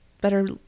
better